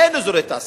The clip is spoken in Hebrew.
אין אזורי תעשייה,